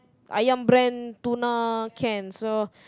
Ayam brand tuna can so